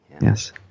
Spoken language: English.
Yes